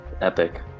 epic